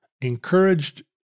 encouraged